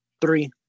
Three